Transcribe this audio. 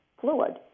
fluid